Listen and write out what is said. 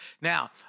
Now